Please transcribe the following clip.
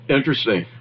Interesting